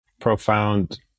profound